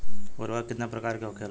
उर्वरक कितना प्रकार के होखेला?